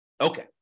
Okay